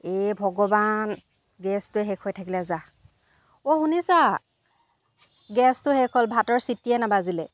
এই ভগৱান গেছটো শেষ হৈ থাকিলে যা অ' শুনিছা গেছটো শেষ হ'ল ভাতৰ চিটিয়ে নাবাজিলে